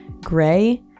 Gray